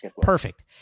Perfect